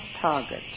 target